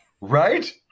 Right